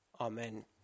Amen